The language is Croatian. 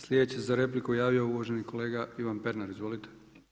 Sljedeći za repliku se javio uvaženi kolega Ivan Pernar, izvolite.